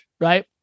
right